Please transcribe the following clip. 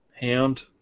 Hound